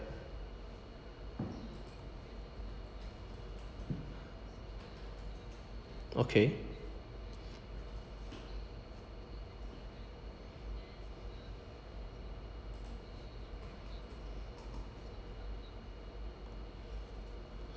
okay